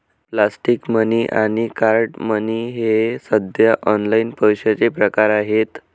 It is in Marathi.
प्लॅस्टिक मनी आणि कार्ड मनी हे सध्या ऑनलाइन पैशाचे प्रकार आहेत